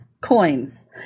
coins